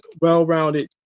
well-rounded